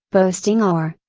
boasting or,